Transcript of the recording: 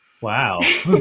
Wow